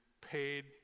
paid